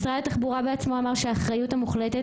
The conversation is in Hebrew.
משרד התחבורה בעצמו אמר שהאחריות המוחלטת